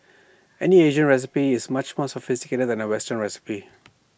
any Asian recipe is much more sophisticated than A western recipe